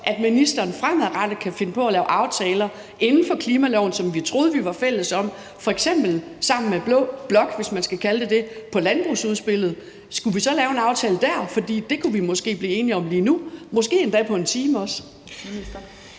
at ministeren fremadrettet kan finde på at lave aftaler inden for klimaloven, som vi troede at vi var fælles om, f.eks. sammen med blå blok – hvis man kan kalde den det – i forhold til landbrugsudspillet, og at vi så skulle lave en aftale dér? For det kunne vi måske blive enige om lige nu, måske endda også på 1 time.